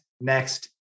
next